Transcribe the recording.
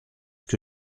que